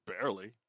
Barely